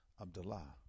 Abdullah